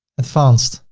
advanced,